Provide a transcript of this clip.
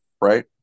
right